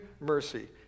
mercy